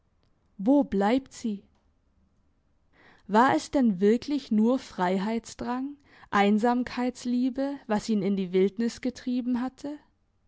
wo bleibt sie war es denn wirklich nur freiheitsdrang einsamkeitsliebe was ihn in die wildnis getrieben hatte